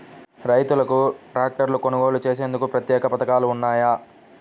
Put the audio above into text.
రైతులకు ట్రాక్టర్లు కొనుగోలు చేసేందుకు ప్రత్యేక పథకాలు ఉన్నాయా?